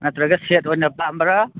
ꯅꯠꯇ꯭ꯔꯒ ꯁꯦꯠ ꯑꯣꯏꯅ ꯄꯥꯝꯕꯔꯥ